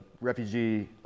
refugee